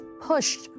pushed